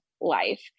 life